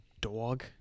dog